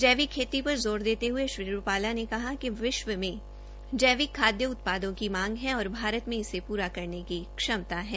जैविक खेती पर जोर देते हये श्री रूपाला ने कहा कि विश्व में जैविक खाद्य उत्पादों की मांग है और भारत में इसे पूरा करने की क्षमता है